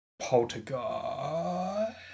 Poltergeist